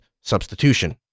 substitution